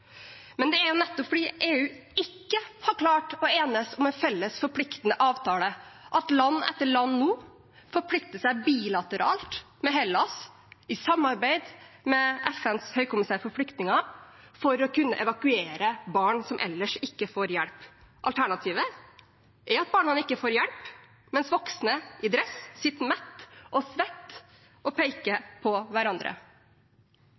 Men det er nettopp fordi EU ikke har klart å enes om en felles forpliktende avtale, at land etter land nå forplikter seg bilateralt med Hellas, i samarbeid med FNs høykommissær for flyktninger, til å kunne evakuere barn som ellers ikke får hjelp. Alternativet er at barna ikke får hjelp, mens voksne i dress sitter mette og svette og